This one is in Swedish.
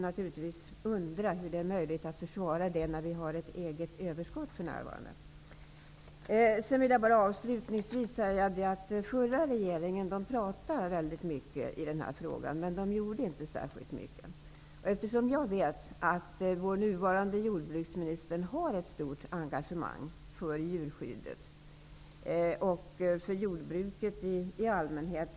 Naturligtvis kan man undra hur det är möjligt att försvara något sådant med tanke på att vi för närvarande har ett överskott. Avslutningsvis: Förra regeringen sade väldigt mycket i den här frågan, men man gjorde inte särskilt mycket. Jag vet att vår nuvarande jordbruksminister har ett stort engagemang beträffande djurskyddet och jordbruket i allmänhet.